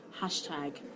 hashtag